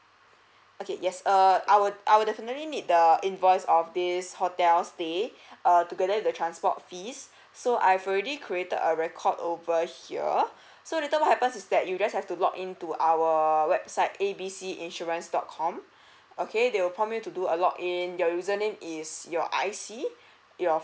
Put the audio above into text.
okay yes err I will I will definitely need the invoice of this hotel stay err together the transport fees so I've already created a record over here so the terms what happens is that you guys have to log in to our website A B C insurance dot com okay they will prompt you to do a log in your username is your I_C your